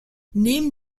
neben